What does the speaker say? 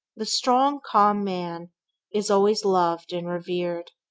the strong, calm man is always loved and revered.